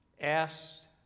asked